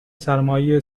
سرمایهی